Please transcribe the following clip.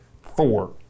Four